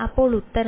അപ്പോൾ ഉത്തരം